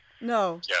No